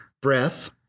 breath